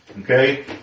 okay